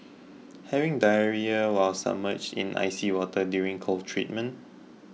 having diarrhoea while submerged in icy water during cold treatment